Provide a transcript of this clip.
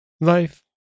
Life